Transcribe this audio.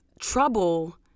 trouble